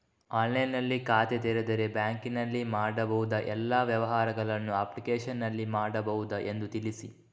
ಆನ್ಲೈನ್ನಲ್ಲಿ ಖಾತೆ ತೆರೆದರೆ ಬ್ಯಾಂಕಿನಲ್ಲಿ ಮಾಡಬಹುದಾ ಎಲ್ಲ ವ್ಯವಹಾರಗಳನ್ನು ಅಪ್ಲಿಕೇಶನ್ನಲ್ಲಿ ಮಾಡಬಹುದಾ ಎಂದು ತಿಳಿಸಿ?